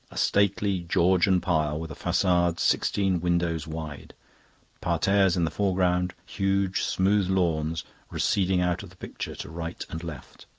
a stately georgian pile, with a facade sixteen windows wide parterres in the foreground huge, smooth lawns receding out of the picture to right and left.